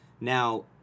Now